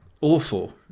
Awful